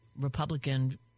Republican